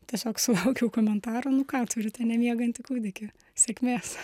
tiesiog sulaukiau komentarų nu ką turiu tą nemiegantį kūdikį sėkmės